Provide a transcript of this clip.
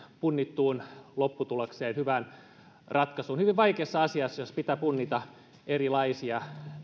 punnittuun lopputulokseen hyvään ratkaisuun tässä hyvin vaikeassa asiassa jossa pitää punnita erilaisia